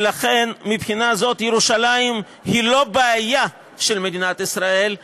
ולכן מהבחינה הזאת ירושלים היא לא בעיה של מדינת ישראל,